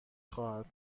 خواهد